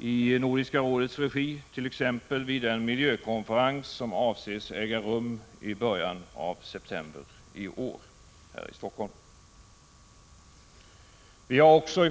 i Nordiska rådets regi, t.ex. vid den miljökonferens som avses äga rum i början av september i år här i Helsingfors.